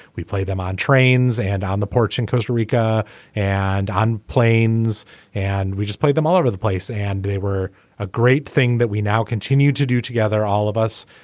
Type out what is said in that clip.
we play them on trains and on the porch in costa rica and on planes and we just played them all over the place and they were a great thing that we now continue to do together all of us.